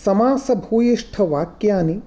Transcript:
समासभूयिष्ठवाक्यानि